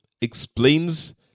explains